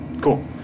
Cool